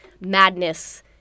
madness